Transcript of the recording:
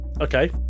Okay